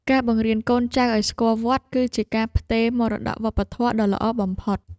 ការបង្រៀនកូនចៅឱ្យស្គាល់វត្ត គឺជាការផ្ទេរមរតកវប្បធម៌ដ៏ល្អបំផុត។